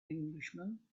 englishman